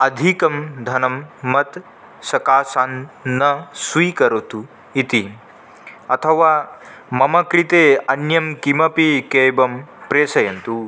अधिकं धनं मत् सकाशात् न स्वीकरोतु इति अथवा मम कृते अन्यं किमपि केबं प्रेषयन्तु